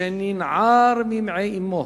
משננער ממעי אמו,